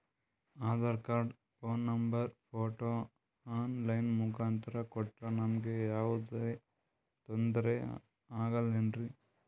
Aadhaar card, phone number, photo online ಮುಖಾಂತ್ರ ಕೊಟ್ರ ನಮಗೆ ಯಾವುದೇ ತೊಂದ್ರೆ ಆಗಲೇನ್ರಿ?